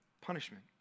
punishment